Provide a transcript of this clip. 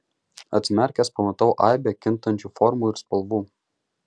atsimerkęs pamatau aibę kintančių formų ir spalvų